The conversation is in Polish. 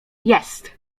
jest